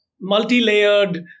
multi-layered